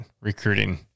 recruiting